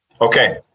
Okay